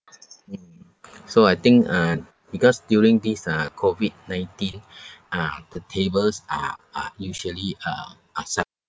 hmm so I think uh because during this uh COVID nineteen ah the tables are are usually uh are sep~